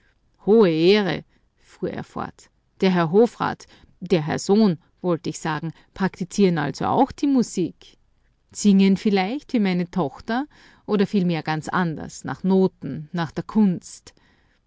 hohe ehre fuhr er fort der herr hofrat der herr sohn wollt ich sagen praktizieren also auch die musik singen vielleicht wie meine tochter oder vielmehr ganz anders nach noten nach der kunst